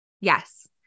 Yes